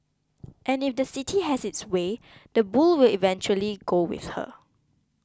and if the city has its way the bull will eventually go with her